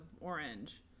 orange